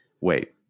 wait